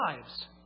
lives